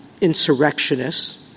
insurrectionists